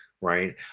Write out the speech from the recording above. right